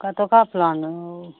कतुका plan अइ